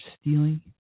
stealing